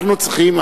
אנחנו צריכים,